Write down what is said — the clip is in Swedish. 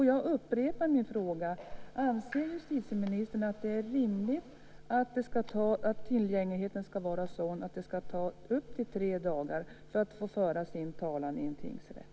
Jag upprepar min fråga: Anser justitieministern att det är rimligt att tillgängligheten ska vara sådan att det ska ta upp till tre dagar att få föra sin talan i en tingsrätt?